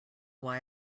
why